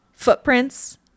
Footprints